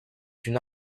une